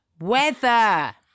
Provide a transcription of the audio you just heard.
Weather